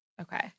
Okay